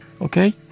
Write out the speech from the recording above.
Okay